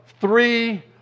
Three